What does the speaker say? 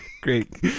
Great